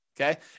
Okay